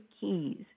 Keys